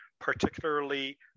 particularly